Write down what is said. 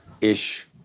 ish